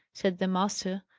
said the master,